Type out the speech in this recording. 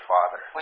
Father